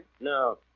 No